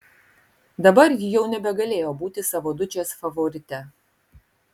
dabar ji jau nebegalėjo būti savo dučės favorite